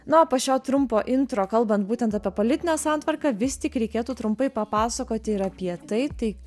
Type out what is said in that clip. na o po šio trumpo intro kalbant būtent apie politinę santvarką vis tik reikėtų trumpai papasakoti ir apie tai tai